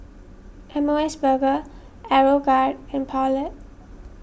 M O S Burger Aeroguard and Poulet